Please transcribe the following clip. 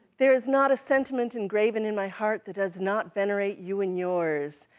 there is not a sentiment engraven in my heart that does not venerate you and yours,